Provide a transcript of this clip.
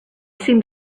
seemed